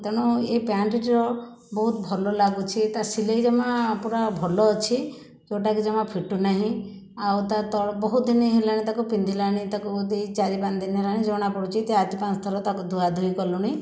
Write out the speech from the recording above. ତେଣୁ ଏଇ ପ୍ୟାଣ୍ଟଟିର ବହୁତ ଭଲ ଲାଗୁଛି ତା ସିଲେଇ ଜମା ପୁରା ଭଲ ଅଛି ଯେଉଁଟାକି ଜମା ଫିଟୁ ନାହିଁ ଆଉ ତା ତଳ ବହୁତ ଦିନି ହେଲାଣି ତାକୁ ପିନ୍ଧିଲାଣି ତାକୁ ଦୁଇ ଚାରି ପାଞ୍ଚ ଦିନ ହେଲାଣି ଜଣାପଡ଼ୁଛି ଯେ ଆଠ ପାଞ୍ଚ ଥର ତାକୁ ଧୁଆଧୁଇ କଲୁଣି